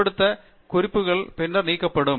பயன்படுத்தப்படாத குறிப்புகள் பின்னர் நீக்கப்படும்